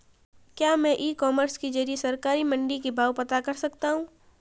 क्या मैं e commerce के ज़रिए सरकारी मंडी के भाव पता कर सकता हूँ?